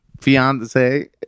fiance